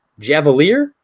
Javelier